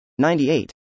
98